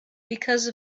because